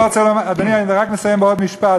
אדוני, אני רק אסיים בעוד משפט.